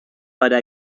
para